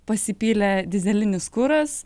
pasipylė dyzelinis kuras